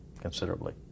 considerably